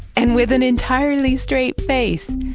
and with an entirely straight face.